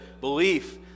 belief